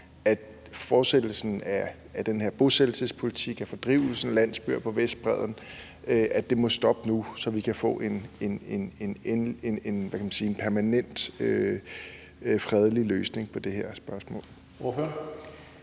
at fortsættelsen af den her bosættelsespolitik og fordrivelsen af landsbyer på Vestbredden må stoppe nu, så vi kan få en, hvad kan man sige, permanent fredelig løsning på det her spørgsmål.